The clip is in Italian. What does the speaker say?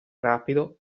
rapido